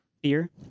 Beer